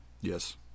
Yes